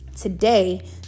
today